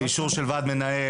זה אישור של ועד מנהל,